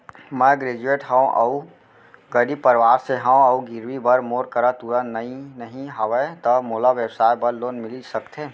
मैं ग्रेजुएट हव अऊ गरीब परवार से हव अऊ गिरवी बर मोर करा तुरंत नहीं हवय त मोला व्यवसाय बर लोन मिलिस सकथे?